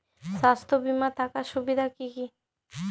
স্বাস্থ্য বিমা থাকার সুবিধা কী কী?